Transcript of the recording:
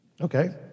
Okay